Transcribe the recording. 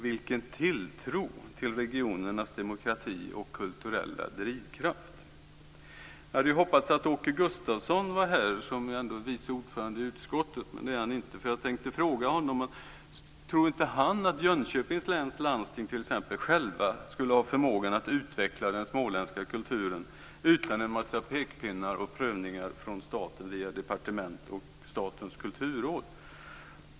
Vilken tilltro till regionernas demokrati och kulturella drivkraft! Jag hade hoppats att Åke Gustavsson, som är vice ordförande i utskottet, skulle vara här, men det är han inte. Jag hade nämligen tänkt fråga om inte han tror att t.ex. Jönköpings läns landsting självt skulle ha förmågan att utveckla den småländska kulturen utan en massa pekpinnar och prövningar från staten via departement och Statens Kulturråd.